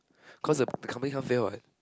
cause the becoming fail what